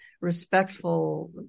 respectful